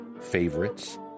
favorites